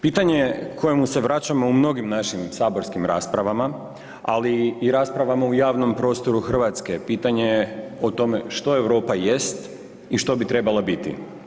Pitanje kojemu se vračamo u mnogim našim saborskim raspravama ali i raspravama u javnom prostoru Hrvatske pitanje je o tome što Europa jest i što bi trebala biti.